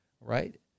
right